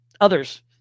others